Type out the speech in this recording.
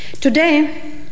Today